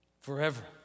Forever